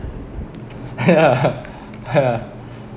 ya ya